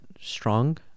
strong